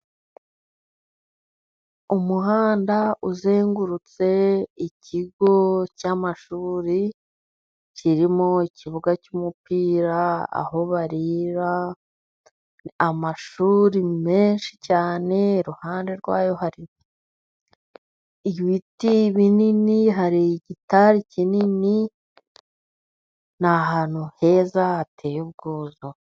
Umuhanda uzengurutse ikigo cy'amashuri, kirimo ikibuga cy'umupira, aho barira, amashuri menshi cyane, iruhande rwayo hari ibiti binini, hari igitari kinini, ni ahantu heza hateye ubwuzu.